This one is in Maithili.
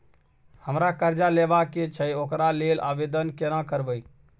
हमरा कर्जा लेबा के छै ओकरा लेल आवेदन केना करबै?